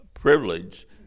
Privilege